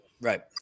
Right